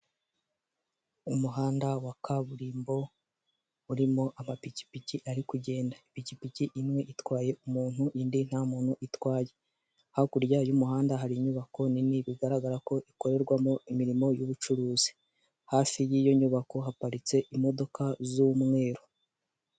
Umuhanda wa kaburimbo urimo amapikipiki ari kugenda, ipikipiki imwe itwaye umuntu indi nta muntu itwaye, hakurya y'umuhanda hari inyubako nini bigaragara ko ikorerwamo imirimo y'ubucuruzi, hafi y'iyo nyubako haparitse imodoka z'umweru.